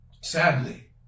sadly